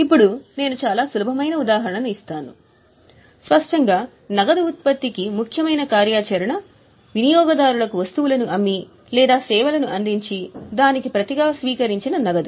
ఇప్పుడు నేను చాలా సులభమైన ఉదాహరణను ఇచ్చాను స్పష్టంగా నగదు ఉత్పత్తికి ముఖ్యమైన కార్యాచరణ వినియోగదారులకు వస్తువులను అమ్మి లేదా సేవలను అందించి దానికి ప్రతిగా స్వీకరించిన నగదు